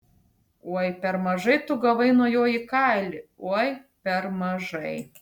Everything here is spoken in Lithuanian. oi per mažai tu gavai nuo jo į kailį oi per mažai